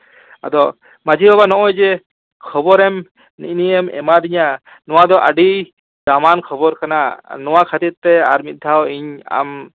ᱟᱫᱚ ᱢᱟᱹᱡᱷᱤ ᱵᱟᱵᱟ ᱱᱚᱜᱼᱚᱭ ᱡᱮ ᱠᱷᱚᱵᱚᱨᱮᱢ ᱤᱧᱮᱢ ᱮᱢᱟᱫᱤᱧᱟ ᱱᱚᱣᱟ ᱫᱚ ᱟᱹᱰᱤ ᱫᱟᱢᱟᱱ ᱠᱷᱚᱵᱚᱨ ᱠᱟᱱᱟ ᱱᱚᱣᱟ ᱠᱷᱟᱹᱛᱤᱨᱛᱮ ᱟᱨ ᱢᱤᱫ ᱫᱷᱟᱣ ᱤᱧ ᱟᱢ